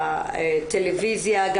בטלוויזיה.